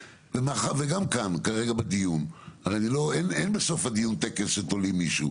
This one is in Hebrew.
אין בסוף הדיון טקס שתולים מישהו.